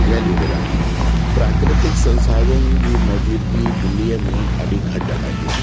जय झूलेलाल प्राकृतिक संसाधन जी मौजूदगी दिल्लीअ में ॾाढी घटि आहे